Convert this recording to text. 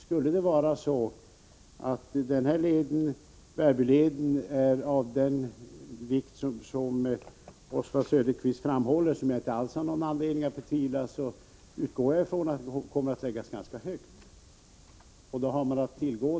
Skulle den här leden, Bärbyleden, vara av den vikt som Oswald Söderqvist säger — vilket jag inte alls har någon anledning att betvivla — utgår jag från att den kommer att läggas ganska högt på prioriteringslistan.